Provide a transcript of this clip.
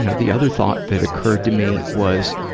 you know the other thought that occurred to me was,